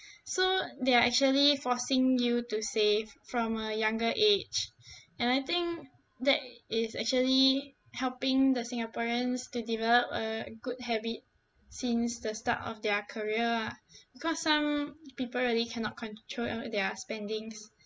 so they're actually forcing you to save from a younger age and I think that is actually helping the singaporeans to develop a good habit since the start of their career ah because some people really cannot control all their spendings